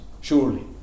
surely